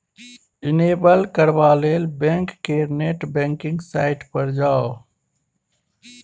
enable करबा लेल bank केर नेट बैंकिंग साइट पर जाउ